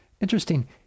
interesting